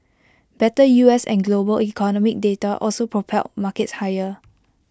better U S and global economic data also propelled markets higher